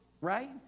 right